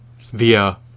via